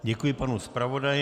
Děkuji panu zpravodaji.